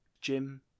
Jim